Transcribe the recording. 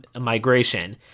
migration